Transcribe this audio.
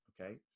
okay